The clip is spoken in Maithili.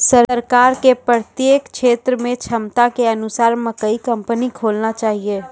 सरकार के प्रत्येक क्षेत्र मे क्षमता के अनुसार मकई कंपनी खोलना चाहिए?